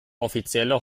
offizielle